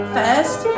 first